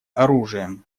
оружием